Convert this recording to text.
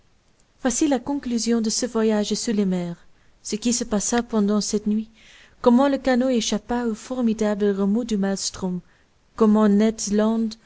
voici la conclusion de ce voyage sous les mers ce qui se passa pendant cette nuit comment le canot échappa au formidable remous du maelstrom comment ned land